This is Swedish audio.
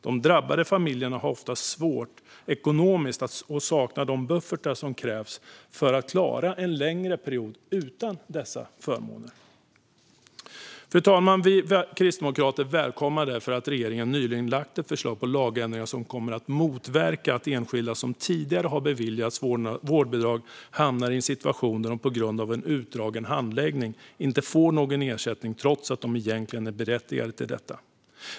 De drabbade familjerna har det ofta svårt ekonomiskt och saknar de buffertar som krävs för att klara en längre period utan dessa förmåner. Fru talman! Vi kristdemokrater välkomnar att regeringen nyligen har lagt fram ett förslag på lagändringar för att motverka att enskilda som tidigare har beviljats vårdbidrag hamnar i en situation där de på grund av en utdragen handläggning inte får någon ersättning, trots att de egentligen är berättigade till detta.